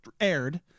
aired